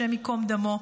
השם ייקום דמו,